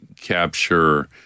capture